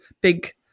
big